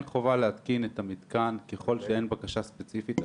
אין חובה להתקין את המתקן ככל שאין בקשה ספציפית מהמקווה.